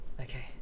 Okay